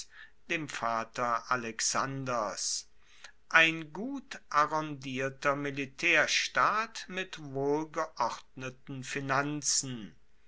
dem vater alexanders ein gut arrondierter militaerstaat mit wohlgeordneten finanzen